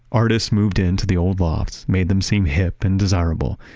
artists moved into the old lofts made them seem hip and desirable,